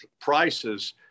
prices